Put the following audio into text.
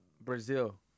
Brazil